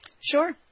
Sure